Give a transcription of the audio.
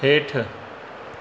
हेठि